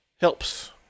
helps